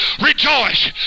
Rejoice